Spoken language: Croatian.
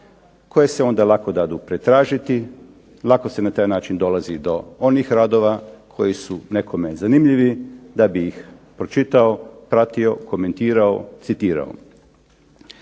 koje se onda lako daju pretražiti. Lako se na taj način dolazi do onih radova koji su nekome zanimljivi da bi ih pročitao, pratio, komentirao, citirao.